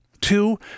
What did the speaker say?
Two